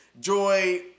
Joy